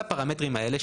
על הפרמטרים האלה,